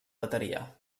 bateria